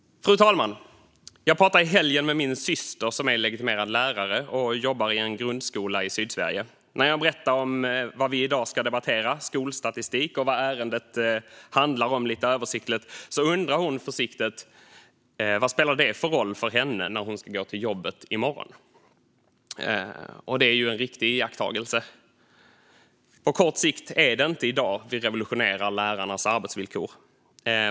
Fru talman! Jag pratade i helgen med min syster, som är legitimerad lärare och jobbar i en grundskola i Sydsverige. Jag nämnde att vi i dag ska debattera skolstatistik och berättade lite översiktligt vad ärendet handlar om. Hon undrade då försiktigt vad det spelar för roll för henne när hon ska gå till jobbet följande dag, och det är ju en riktig iakttagelse. På kort sikt är det inte i dag vi revolutionerar lärarnas arbetsvillkor.